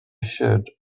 should